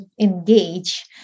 engage